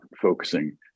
focusing